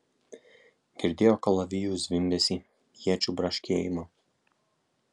girdėjo kalavijų zvimbesį iečių braškėjimą